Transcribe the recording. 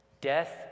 Death